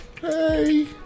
Hey